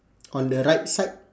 on the right side